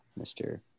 Mr